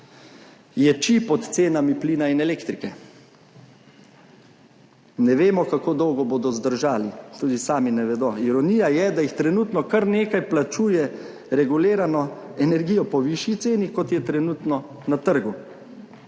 ječi pod cenami plina in elektrike. Ne vemo, kako dolgo bodo zdržali, tudi sami ne vedo. Ironija je, da jih trenutno kar nekaj plačuje regulirano energijo po višji ceni, kot je trenutno na trgu.